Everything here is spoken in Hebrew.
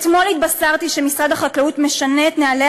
אתמול התבשרתי שמשרד החקלאות משנה את נוהלי